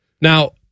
Now